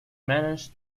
managed